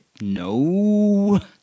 no